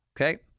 Okay